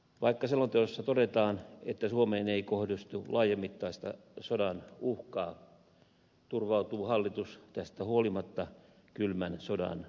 vaikka selonteossa todetaan että suomeen ei kohdistu laajamittaista sodan uhkaa turvautuu hallitus tästä huolimatta kylmän sodan uhkakuviin